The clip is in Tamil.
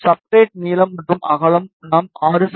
சப்ஸ்ட்ரட் நீளம் மற்றும் அகலம் நாம் 6 செ